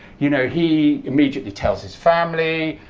you know he immediately tells his family,